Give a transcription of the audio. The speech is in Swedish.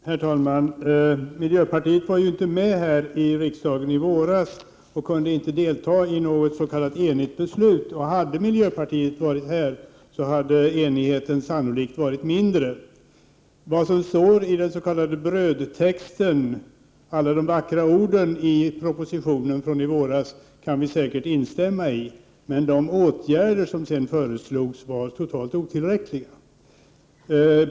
Herr talman! Miljöpartiet var ju inte med i riksdagen i våras, och kunde därför inte delta i något s.k. enigt beslut. Enigheten hade sannolikt varit mindre om miljöpartiet varit med. Vi kan säkert instämma i alla vackra ord, den s.k. brödtexten, i propositionen från i våras. Men de föreslagna åtgärderna var helt otillräckliga.